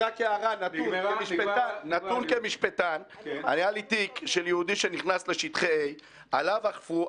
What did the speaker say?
נתון כמשפטן היה לי תיק של יהודי שנכנס לשטחי A. עליו אכפו,